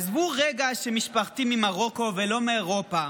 עזבו רגע שמשפחתי ממרוקו ולא מאירופה.